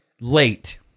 late